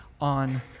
on